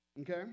Okay